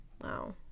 Wow